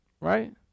Right